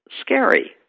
scary